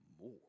more